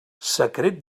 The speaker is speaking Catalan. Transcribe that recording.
secret